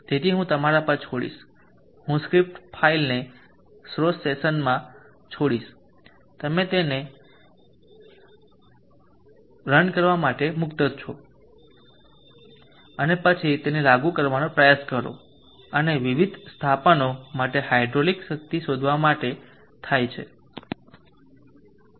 તેથી હું આ તમારા પર છોડીશ હું સ્ક્રિપ્ટ ફાઇલને સ્રોત સેસનમાં છોડીશ તમે તેને રન કરવા માટે મુક્ત છો અને પછી તેને લાગુ કરવાનો પ્રયાસ કરો અને વિવિધ સ્થાપનો માટે હાઇડ્રોલિક શક્તિ શોધવા માટે થાય છે